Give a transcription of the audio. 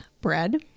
bread